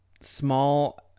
small